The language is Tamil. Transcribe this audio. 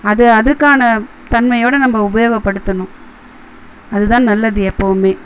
அதை அதுக்கான தன்மையோட நம்ம உபயோகப்படுத்தணும் அது தான் நல்லது எப்போவுமே